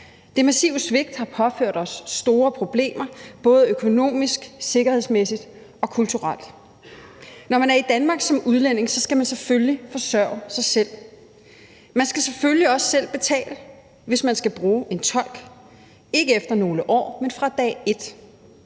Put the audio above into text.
Det massive svigt har påført os store problemer, både økonomisk, sikkerhedsmæssigt og kulturelt. Når man er i Danmark som udlænding, skal man selvfølgelig forsørge sig selv. Man skal selvfølgelig også selv betale, hvis man skal bruge en tolk, ikke efter nogle år, men fra dag et.